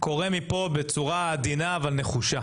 קורא מפה בצורה עדינה ונחושה